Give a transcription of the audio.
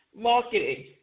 marketing